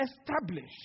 established